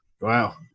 Wow